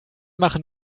machen